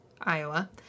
Iowa